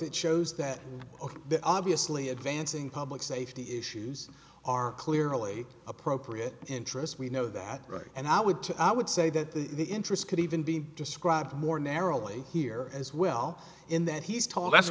it shows that the obviously advancing public safety issues are clearly appropriate interest we know that right and i would to i would say that the interest could even be described more narrowly here as well in that he's t